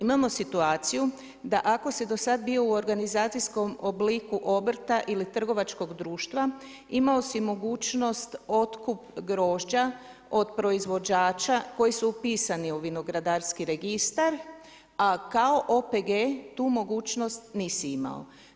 Imamo situaciju, da ako si do sad bio u organizacijskom obliku obrta ili trgovačkog društva imao si mogućnost otkup grožđa od proizvođača koji su upisani u vinogradarski registar, a kao OPG tu mogućnost nisi imao.